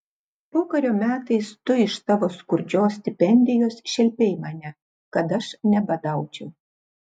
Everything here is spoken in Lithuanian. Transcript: pokario metais tu iš savo skurdžios stipendijos šelpei mane kad aš nebadaučiau